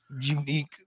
unique